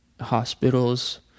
hospitals